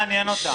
לא מעניין אותם.